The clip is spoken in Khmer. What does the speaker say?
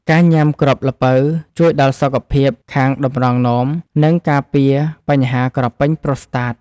ការញ៉ាំគ្រាប់ល្ពៅជួយដល់សុខភាពខាងតម្រង់នោម និងការពារបញ្ហាក្រពេញប្រូស្តាត។